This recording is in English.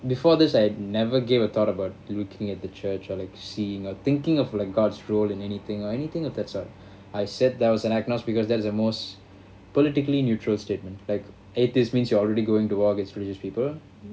before this I never gave a thought about looking at the church or like seeing or thinking of like god's role in anything or anything of that sort I said there was an atmosphere because that's the most politically neutral statement like atheist means you are already going to war against religious people